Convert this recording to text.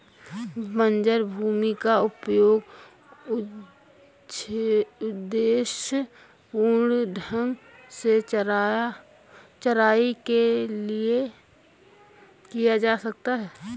बंजर भूमि का उपयोग उद्देश्यपूर्ण ढंग से चराई के लिए किया जा सकता है